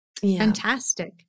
Fantastic